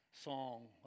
song